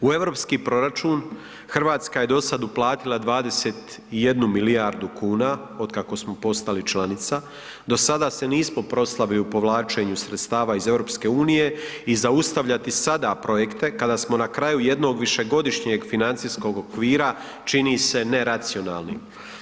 U europski proračun Hrvatska je do sada uplatila 21 milijardu kuna od kako smo postali članica, do sada se nismo proslavili u povlačenju sredstava iz EU i zaustavljati sada projekte kada smo na kraju jednog višegodišnjeg financijskog okvira čini se neracionalnim.